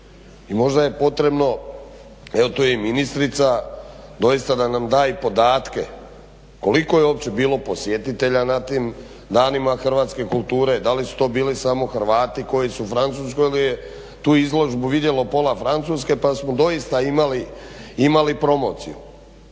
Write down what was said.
I možda je potrebno, evo tu je i ministrica, doista da nam da i podatke koliko je uopće bilo posjetitelja na tim danima hrvatske kulture, da li su to bili samo Hrvatski koji su u Francuskoj, ili je tu izložbu vidjelo pola Francuske pa samo doista imali promociju?